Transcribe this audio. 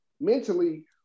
Mentally